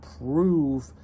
prove